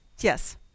yes